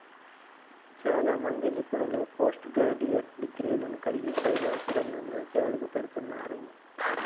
చాలా మంది నిపుణులు పోస్ట్ గ్రాడ్యుయేట్ డిగ్రీలను కలిగి ఫైనాన్స్ రంగంలోకి అడుగుపెడుతున్నారు